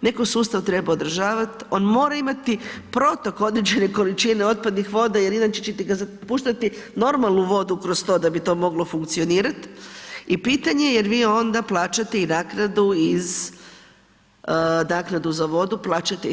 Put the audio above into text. netko sustav treba održavati, on mora imati protok određene količine otpadnih voda jer inače ćete puštati normalnu vodu kroz to da bi to moglo funkcionirati i pitanje je je li vi onda plaćate i naknadu iz, naknadu za vodu plaćate i to.